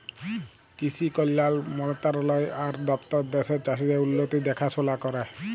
কিসি কল্যাল মলতরালায় আর দপ্তর দ্যাশের চাষীদের উল্লতির দেখাশোলা ক্যরে